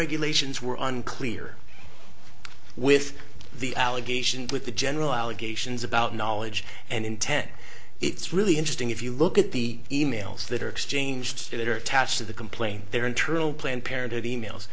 regulations were unclear with the allegations with the general allegations about knowledge and intent it's really interesting if you look at the emails that are exchanged that are attached to the complaint there are internal planned parenthood emails